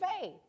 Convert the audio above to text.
faith